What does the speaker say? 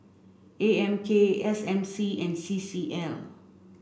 A M K S M C and C C L